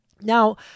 Now